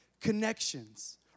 connections